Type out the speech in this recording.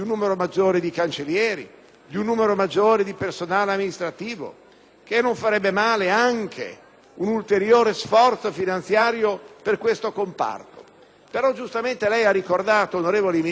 non farebbe male un ulteriore sforzo finanziario per questo comparto. Ma lei ha anche giustamente ricordato, onorevole Ministro, che ci sono uffici giudiziari che stranamente funzionano bene.